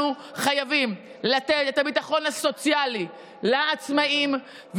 אנחנו חייבים לתת את הביטחון הסוציאלי לעצמאים.